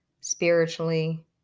spiritually